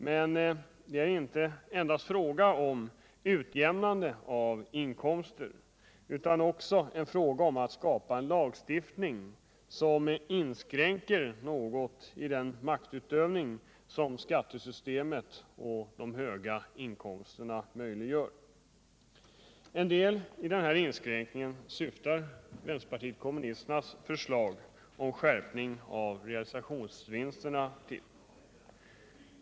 Men det är inte endast en fråga om utjämnande av inkomster utan också en fråga om att skapa en lagstiftning som inskränker något i den maktutövning som skattesystemet och de höga inkomsterna möjliggör. En del i denna inskränkning syftar vpk:s förslag om skärpning av realisationsvinsterna till.